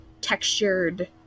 textured